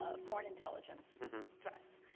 ah foreign intelligence threats,